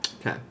okay